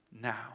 now